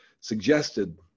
suggested